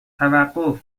توقف